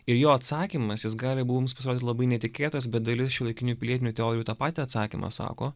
ir jo atsakymas jis gali mums pasirodyt labai netikėtas bet dalis šiuolaikinių pilietinių teorijų tą patį atsakymą sako